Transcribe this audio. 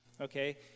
Okay